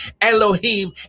Elohim